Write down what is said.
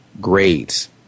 grades